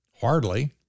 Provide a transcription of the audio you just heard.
Hardly